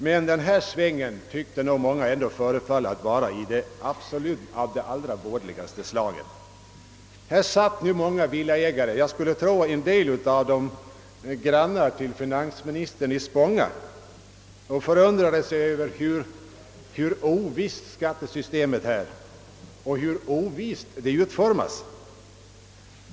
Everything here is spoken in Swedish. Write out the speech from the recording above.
Men den här svängen föreföll nog många vara av det vådligaste slaget. Här satt nu en mängd villaägare — en del av dem grannar till finansministern ute i Spånga, skulle jag tro — och förundrade sig över hur ovisst skattesystemet är och hur ovist det utformas.